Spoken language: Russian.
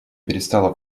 перестало